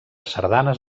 sardanes